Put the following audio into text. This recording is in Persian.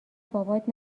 بابات